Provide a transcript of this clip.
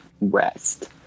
rest